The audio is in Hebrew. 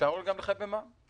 אפשר גם לחייב במע"מ.